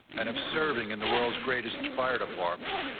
and of serving in the world's greatest fire department.